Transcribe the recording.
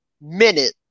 minute